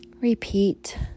Repeat